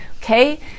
okay